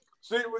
See